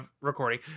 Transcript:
recording